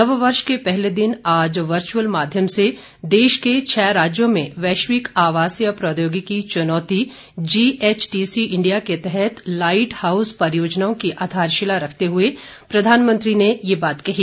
नववर्ष के पहले दिन आज वर्चुअल माध्यम से देश के छः राज्यों में वैश्विक आवासीय प्रौद्योगिकी चुनौती जीएचटीसी इंडिया के तहत लाईट हाउस परियोजनाओं की आधारशिला रखते हुए प्रधानमंत्री ने ये बात कही